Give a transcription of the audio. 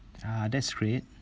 uh that's great